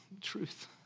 truth